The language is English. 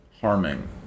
harming